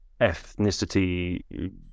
ethnicity